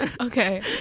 Okay